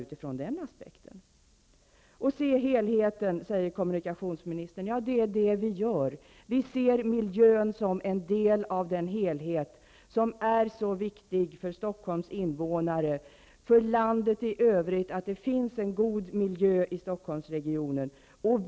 Se till helheten, säger kommunikationsministern. Ja, det är det vi gör. Vi ser miljön som en del av den helhet som är så viktig för Stockholms invånare och för landet i övrigt. Det är alltså viktigt att miljön i Stockholmsregionen är god.